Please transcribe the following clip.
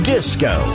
Disco